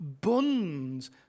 buns